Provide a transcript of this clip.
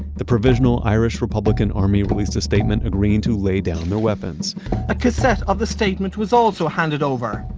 the provisional irish republican army released a statement agreeing to lay down their weapons a cassette of the statement was also handed over.